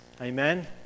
Amen